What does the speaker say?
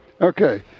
Okay